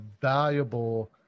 valuable